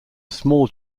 small